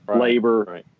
labor